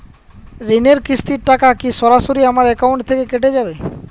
ঋণের কিস্তির টাকা কি সরাসরি আমার অ্যাকাউন্ট থেকে কেটে যাবে?